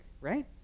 right